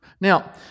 Now